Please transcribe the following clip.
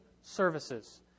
services